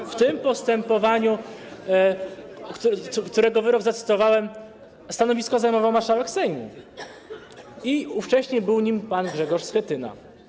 Jednak w tym postępowaniu, z którego wyrok zacytowałem, stanowisko zajmował marszałek Sejmu i ówcześnie był nim pan Grzegorz Schetyna.